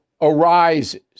arises